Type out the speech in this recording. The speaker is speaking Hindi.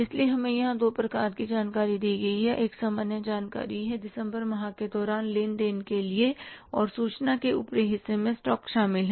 इसलिए हमें यहाँ दो प्रकार की जानकारी दी गई है एक सामान्य जानकारी है दिसंबर माह के दौरान लेन देन के लिए और सूचना के ऊपरी हिस्से में स्टॉक शामिल हैं